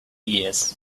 years